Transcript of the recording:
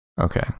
Okay